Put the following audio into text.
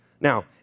Now